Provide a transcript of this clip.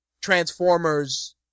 Transformers